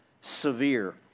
severe